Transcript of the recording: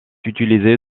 utilisé